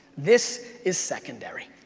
this is secondary,